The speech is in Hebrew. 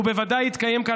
והוא בוודאי יתקיים כאן,